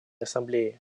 ассамблеи